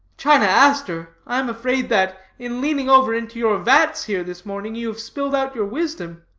china aster, i am afraid that, in leaning over into your vats here, this, morning, you have spilled out your wisdom.